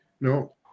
no